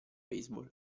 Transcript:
baseball